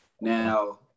Now